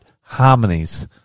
harmonies